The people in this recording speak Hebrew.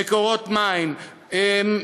"מקורות" מים,